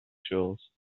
shores